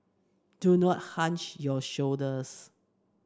do not hunch your shoulders